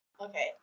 Okay